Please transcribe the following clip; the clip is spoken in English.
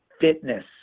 fitness